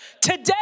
Today